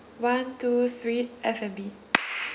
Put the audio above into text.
one two three F&B